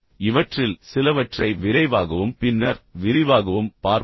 இவற்றில் சிலவற்றை விரைவாகவும் பின்னர் விரிவாகவும் பார்ப்போம்